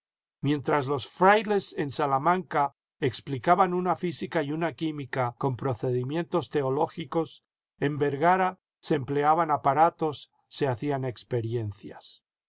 mientras los frailes en salamanca explicaban una física y una química con procedimientos teológicos en vergara se empleaban apaiatos se hacían experiencias